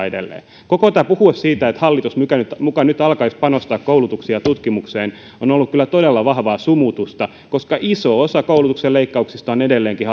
edelleen koko tämä puhe siitä että hallitus muka nyt muka nyt alkaisi panostaa koulutukseen ja tutkimukseen on ollut kyllä todella vahvaa sumutusta koska iso osa koulutuksen leikkauksista on edelleenkin